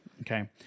Okay